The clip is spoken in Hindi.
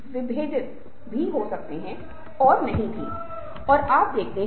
संदर्भ में वह वातावरण भी शामिल है जहाँ आप बात कर रहे हैं